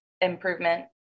Improvement